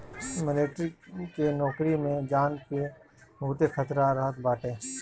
military के नोकरी में जान के बहुते खतरा रहत बाटे